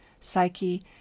psyche